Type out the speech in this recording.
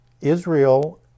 Israel